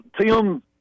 Tim